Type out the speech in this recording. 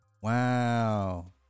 wow